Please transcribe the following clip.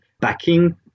backing